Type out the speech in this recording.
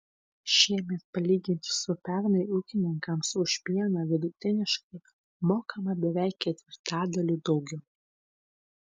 šiemet palyginti su pernai ūkininkams už pieną vidutiniškai mokama beveik ketvirtadaliu daugiau